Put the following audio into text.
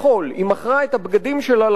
היא מכרה את הבגדים שלה לחנות,